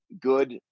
good